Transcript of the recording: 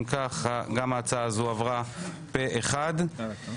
הצבעה אושר.